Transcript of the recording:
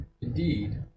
Indeed